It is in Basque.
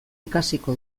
ikasiko